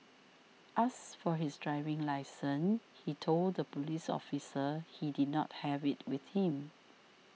asked for his driving licence he told the police officer he did not have it with him